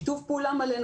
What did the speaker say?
בשיתוף פעולה מלא,